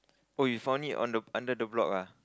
oh you found it on the under the block ah